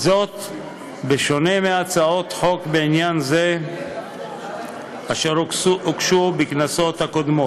בשונה מהצעות חוק בעניין זה אשר הוגשו בכנסות הקודמות.